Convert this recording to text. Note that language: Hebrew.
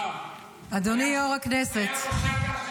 הוא היה ראש אכ"א,